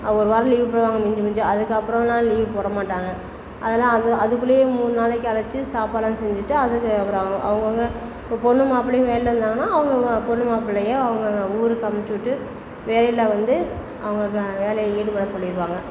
ஒரு வாரம் லீவு போடுவாங்க மிஞ்சு மிஞ்சு அதுக்கப்பறலாம் லீவு போடமாட்டாங்க அதெலாம் அதுக்குள்ளேயே மூணு நாளைக்கு அழைச்சி சாப்பாடுலாம் செஞ்சிட்டு அதுக்கு அப்புறம் அவங்கவுங்க பொண்ணு மாப்பிளையும் வேலையில் இருந்தாங்கன்னால் அவங்கவுங்க பொண்ணு மாப்பிளையும் அவங்க ஊருக்கு அமைச்சிவுட்டு வேலையில் வந்து அவங்க க வேலையில ஈடுபட சொல்லிடுவாங்க